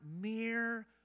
mere